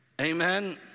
amen